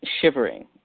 shivering